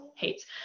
hates